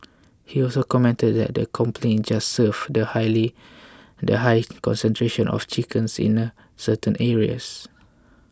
he also commented that the complaints just served to highly the high concentration of chickens in a certain areas